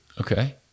Okay